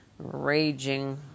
raging